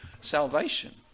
salvation